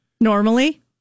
Normally